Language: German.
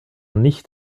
nicht